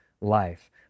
life